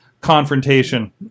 confrontation